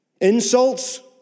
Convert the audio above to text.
Insults